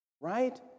right